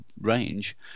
range